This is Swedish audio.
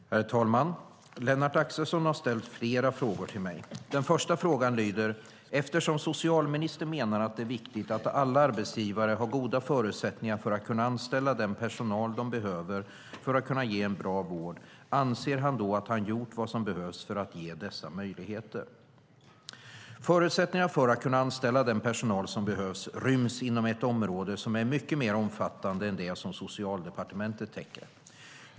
Herr talman! Lennart Axelsson har ställt flera frågor till mig. Den första frågan lyder: Eftersom socialministern menar att det är viktigt att alla arbetsgivare har goda förutsättningar att kunna anställa den personal de behöver för att kunna ge en bra vård, anser han då att han gjort vad som behövs för att ge dessa möjligheter? Förutsättningarna för att kunna anställa den personal som behövs ryms inom ett område som är mycket mer omfattande än det som Socialdepartementet täcker.